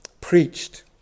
preached